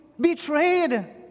betrayed